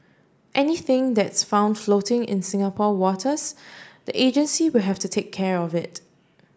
anything that's found floating in Singapore waters the agency will have to take care of it